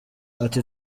ati